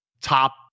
top